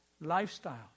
lifestyle